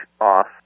off